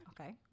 Okay